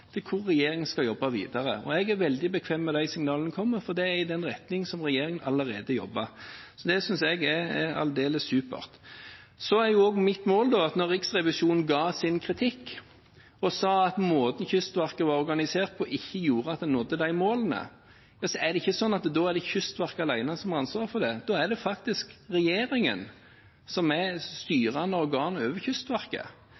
regjeringen skal jobbe videre med. Jeg er veldig bekvem med de signalene som kommer, for de går i den retning som regjering allerede jobber. Det synes jeg er aldeles supert. Da Riksrevisjonen kom med kritikk og sa at måten Kystverket var organisert på, gjorde at en ikke nådde de målene, er det ikke Kystverket alene som har ansvaret for det. Det er faktisk regjeringen som er det styrende organet over Kystverket.